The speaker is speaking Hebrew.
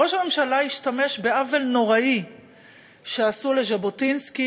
ראש הממשלה השתמש בעוול נוראי שעשו לז'בוטינסקי